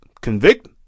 convict